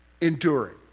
enduring